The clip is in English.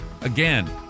Again